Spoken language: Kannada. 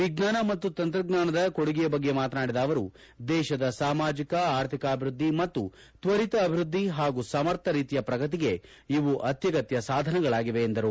ವಿಜ್ಞಾನ ಮತ್ತು ತಂತ್ರಜ್ಞಾನದ ಕೊಡುಗೆಯ ಬಗ್ಗೆ ಮಾತನಾಡಿದ ಅವರು ದೇಶದ ಸಾಮಾಜಿಕ ಆರ್ಥಿಕ ಅಭಿವೃದ್ದಿ ಮತ್ತು ಶ್ವರಿತ ಅಭಿವ್ಟದ್ದಿ ಹಾಗೂ ಸಮರ್ಥ ರೀತಿಯ ಪ್ರಗತಿಗೆ ಇವು ಅತ್ವಗತ್ತ ಸಾಧನಗಳಾಗಿವೆ ಎಂದರು